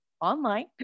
online